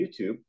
YouTube